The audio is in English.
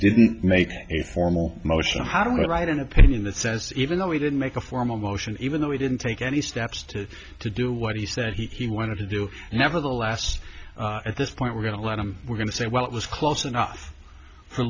didn't make a formal motion how do you write an opinion that says even though he didn't make a formal motion even though he didn't take any steps to to do what he said he wanted to do nevertheless at this point we're going to let him we're going to say well it was close enough for